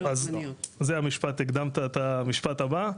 לא, אז זה המשפט הבא, הקדמת את המשפט הבא.